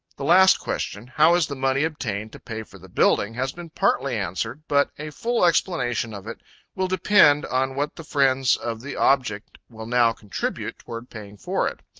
the last question, how is the money obtained to pay for the building? has been partly answered but a full explanation of it will depend on what the friends of the object will now contribute toward paying for it.